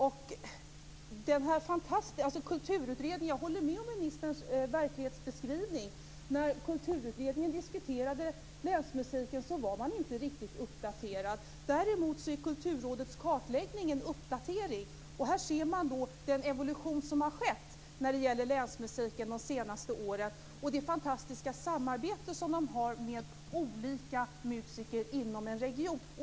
Jag håller med ministerns verklighetsbeskrivning. När Kulturutredningen diskuterade Länsmusiken var man inte riktigt uppdaterad. Däremot är Kulturrådets kartläggning en uppdatering. Här ser man den evolution som under de senaste åren har skett när det gäller Länsmusiken. Man har ett fantastiskt samarbete med olika musiker inom en region.